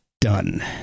done